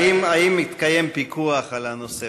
האם מתקיים פיקוח על הנושא?